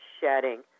shedding